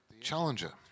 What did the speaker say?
Challenger